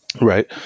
Right